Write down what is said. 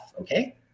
okay